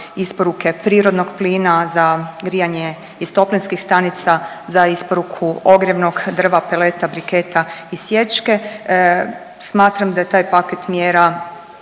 isporuke prirodnog plina, za grijanje iz toplinskih stanica, za isporuku ogrjevnog drva, peleta, briketa i sječke, smatram da je taj paket mjera